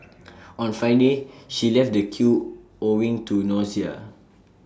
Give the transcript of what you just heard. on Friday she left the queue owing to nausea